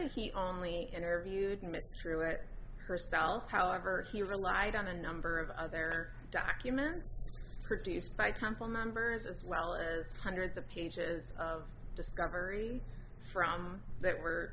that he only interviewed mr treuer herself however he relied on a number of other documents produced by temple members as well as hundreds of pages of discovery from that were